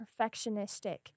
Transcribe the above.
perfectionistic